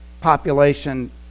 population